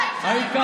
איתמר בן גביר,